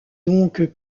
donc